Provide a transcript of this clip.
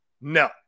No